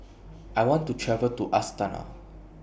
I want to travel to Astana